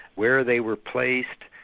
where they were placed.